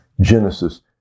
Genesis